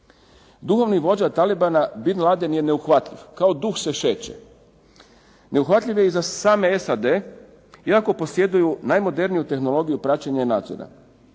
Duhovni vođa talibana Bin Laden je neuhvatljiv, kao duh se šeće. Neuhvatljiv je i za sam SAD iako posjeduju najmoderniju tehnologiju praćenja i nadzora.